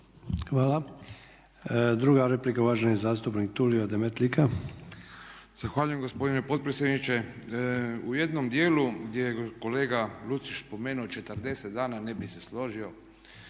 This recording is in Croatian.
Hvala. Druga replika uvaženi zastupnik Tulio Demetlika. **Demetlika, Tulio (IDS)** Zahvaljujem gospodine potpredsjedniče. U jednom dijelu gdje je kolega Lucić spomenuo 40 dana ne bih se složio.